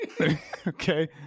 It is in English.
Okay